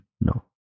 no